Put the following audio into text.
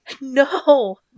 No